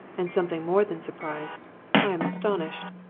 and something more than surprised i am astonished!